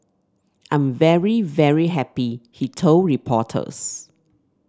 I'm very very happy he told reporters